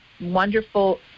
wonderful